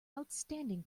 outstanding